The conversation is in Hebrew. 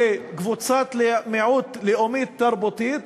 כקבוצת מיעוט לאומית-תרבותית,